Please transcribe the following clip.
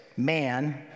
Man